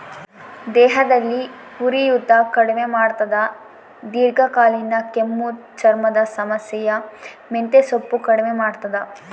ದೇಹದಲ್ಲಿ ಉರಿಯೂತ ಕಡಿಮೆ ಮಾಡ್ತಾದ ದೀರ್ಘಕಾಲೀನ ಕೆಮ್ಮು ಚರ್ಮದ ಸಮಸ್ಯೆ ಮೆಂತೆಸೊಪ್ಪು ಕಡಿಮೆ ಮಾಡ್ತಾದ